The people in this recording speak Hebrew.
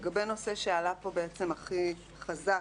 לגבי הנושא שעלה בצורה הכי חזקה,